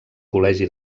col·legi